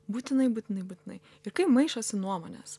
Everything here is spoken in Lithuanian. būtinai būtinai būtinai ir kai maišosi nuomonės